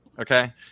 okay